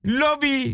lobby